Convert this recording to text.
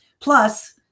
Plus